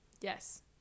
Yes